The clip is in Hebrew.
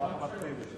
למה רק שלוש דקות?